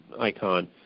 icon